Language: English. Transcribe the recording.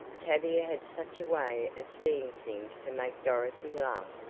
tavia had such a way of seeing things to make dorothy laugh,